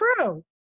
true